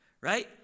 Right